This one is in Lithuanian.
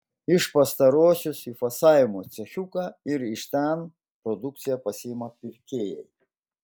iš pastarosios į fasavimo cechiuką ir iš ten produkciją pasiima pirkėjai